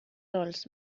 rols